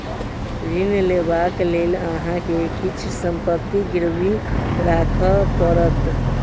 ऋण लेबाक लेल अहाँ के किछ संपत्ति गिरवी राखअ पड़त